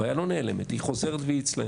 הבעיה לא נעלמת, היא חוזרת והיא אצלנו,